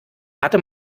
hatte